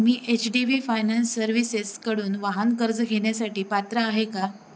मी H D B finance सर्व्हिसेसकडून वाहन कर्ज घेण्यासाठी पात्र आहे का